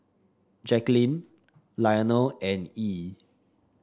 Jacalyn Lionel and Yee